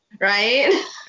right